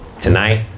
tonight